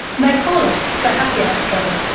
they call it the happy hour trolley,